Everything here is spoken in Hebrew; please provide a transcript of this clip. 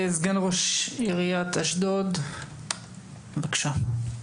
שאלות לגיטימיות מצד אחד, אני חושב,